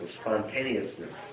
spontaneousness